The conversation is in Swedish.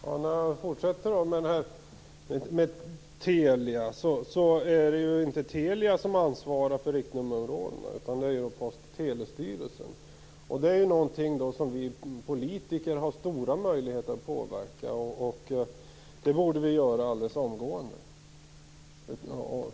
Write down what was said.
Herr talman! För att fortsätta med detta med Telia, så är det ju inte Telia som ansvarar för riktnummerområdena, utan det gör ju Post och telestyrelsen. Detta är någonting som vi politiker har stora möjligheter att påverka, och det borde vi göra alldeles omgående.